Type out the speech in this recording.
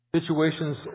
Situations